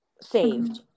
saved